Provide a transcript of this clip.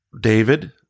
David